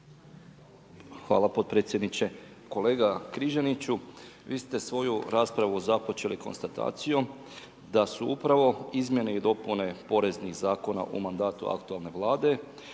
Hvala potpredsjedniče. Kolega Križaniću, vi ste svoju raspravu započeli konstatacijom, da su upravo izmjene i dopune poreznih zakona o mandatu aktualne vlade,